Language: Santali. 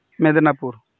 ᱢᱮᱫᱤᱱᱤᱯᱩᱨ